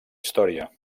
història